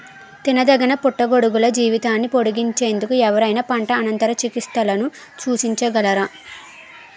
తినదగిన పుట్టగొడుగుల జీవితాన్ని పొడిగించేందుకు ఎవరైనా పంట అనంతర చికిత్సలను సూచించగలరా?